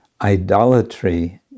idolatry